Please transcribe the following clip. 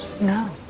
no